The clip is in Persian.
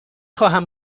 خواهم